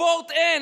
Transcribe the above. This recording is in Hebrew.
ספורט אין,